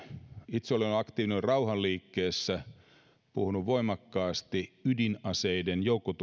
itse olen ollut aktiivinen rauhanliikkeessä puhunut voimakkaasti ydinaseiden joukkotuhoaseiden vastaisesti